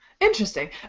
Interesting